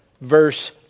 verse